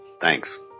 Thanks